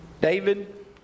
David